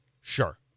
sure